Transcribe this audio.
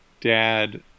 dad